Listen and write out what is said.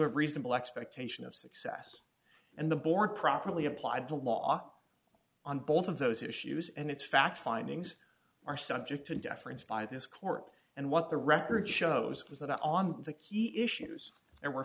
of reasonable expectation of success and the board properly applied the law on both of those issues and its fact findings are subject to deference by this court and what the record shows was that on the key issues there were